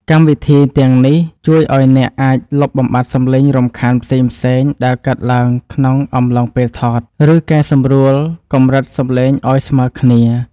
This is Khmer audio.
កម្មវិធីទាំងនេះជួយឱ្យអ្នកអាចលុបបំបាត់សំឡេងរំខានផ្សេងៗដែលកើតឡើងក្នុងអំឡុងពេលថត ឬកែសម្រួលកម្រិតសំឡេងឱ្យស្មើគ្នា។